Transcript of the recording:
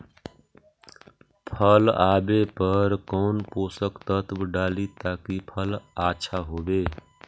फल आबे पर कौन पोषक तत्ब डाली ताकि फल आछा होबे?